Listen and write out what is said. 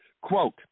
quote